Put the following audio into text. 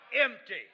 Empty